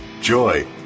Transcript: Joy